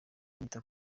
yita